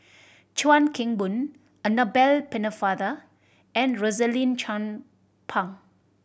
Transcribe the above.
Chuan Keng Boon Annabel Pennefather and Rosaline Chan Pang